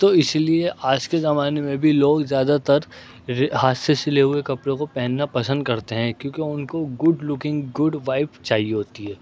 تو اس لیے آج کے زمانے میں بھی لوگ زیادہ تر ہاتھ سے سلے ہوئے کپڑوں کو پہننا پسند کرتے ہیں کیونکہ ان کو گڈ لوکنگ گڈ وائب چاہیے ہوتی ہے